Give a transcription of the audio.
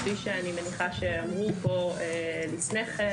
כפי שאני מניחה שאמרו פה לפני כן